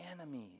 enemies